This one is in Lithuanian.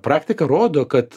praktika rodo kad